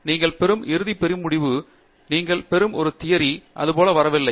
நீங்கள் பெறும் இறுதி பெரிய முடிவு நீங்கள் பெறும் ஒரு தியரி அதுபோல் வரவில்லை